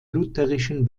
lutherischen